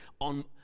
on